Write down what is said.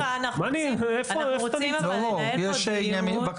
סליחה, אנחנו רוצים לנהל פה דיון.